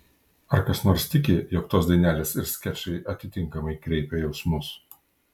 ar kas nors tiki jog tos dainelės ir skečai atitinkamai kreipia jausmus